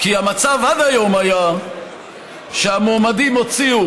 כי המצב עד היום היה שהמועמדים הוציאו,